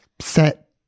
Set